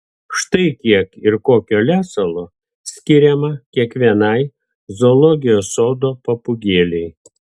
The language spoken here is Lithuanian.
štai kiek ir kokio lesalo skiriama kiekvienai zoologijos sodo papūgėlei